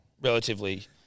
Relatively